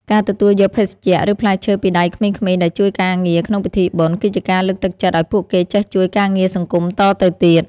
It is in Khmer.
ការទទួលយកភេសជ្ជៈ ឬផ្លែឈើពីដៃក្មេងៗដែលជួយការងារក្នុងពិធីបុណ្យ គឺជាការលើកទឹកចិត្តឱ្យពួកគេចេះជួយការងារសង្គមតទៅទៀត។